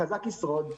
החזק ישרוד,